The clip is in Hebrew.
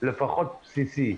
לפחות בסיסי,